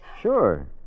Sure